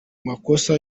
makosa